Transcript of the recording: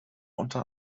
unter